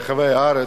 ברחבי הארץ,